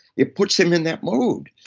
it puts them in that mode.